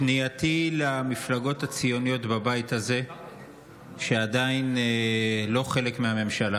פנייתי למפלגות הציוניות בבית הזה שעדיין לא חלק מהממשלה.